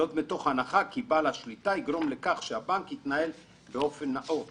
זאת מתוך הנחה כי בעל השליטה יגרום לכך שהבנק יתנהל באופן נאות